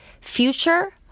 future